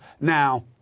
now